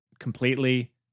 completely